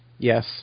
Yes